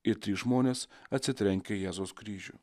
ir trys žmonės atsitrenkia į jėzaus kryžių